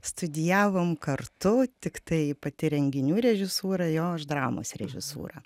studijavom kartu tiktai pati renginių režisūrą jo aš dramos režisūrą